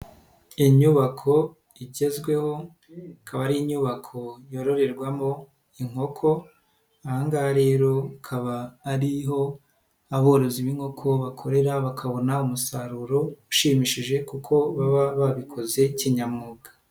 Inyubako igezweho, akaba ari inyubako yororerwamo inkoko. Aha ngaha rero akaba ari ho aborozi b'inkoko bakorera bakabona umusaruro ushimishije kuko baba babikoze kinyamwuga.